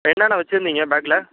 என்னென்ன வச்சுருந்தீங்க பேக்கில்